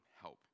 help